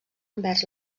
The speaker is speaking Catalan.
envers